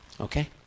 Okay